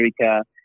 America